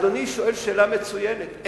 אדוני שואל שאלה מצוינת.